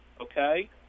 okay